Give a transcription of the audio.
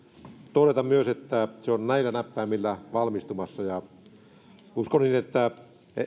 todeta myös että se on näillä näppäimillä valmistumassa uskon niin että